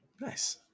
nice